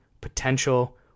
potential